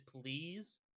please